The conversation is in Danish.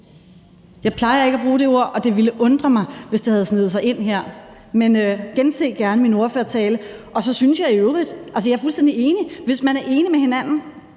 Jeg plejer ikke at bruge det ord, og det ville undre mig, hvis det havde sneget sig ind her. Men gense gerne min ordførertale. Så er jeg fuldstændig enig i, at hvis vi er enige med hinanden,